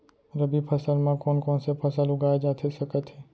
रबि फसल म कोन कोन से फसल उगाए जाथे सकत हे?